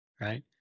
Right